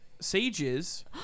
Sages